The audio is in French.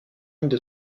lignes